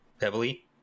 heavily